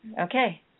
Okay